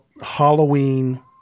Halloween